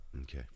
Okay